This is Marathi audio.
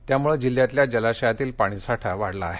यामुळं जिल्ह्यातल्या जलाशयातील पाणीसाठा वाढला आहे